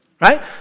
right